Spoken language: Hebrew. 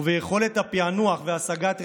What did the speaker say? וביכולת הפענוח והשגת הראיות,